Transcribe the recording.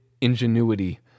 ingenuity